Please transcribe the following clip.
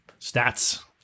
stats